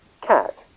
Cat